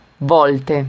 volte